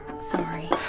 Sorry